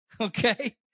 Okay